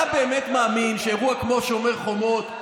אתה באמת מאמין שאירוע כמו שומר חומות,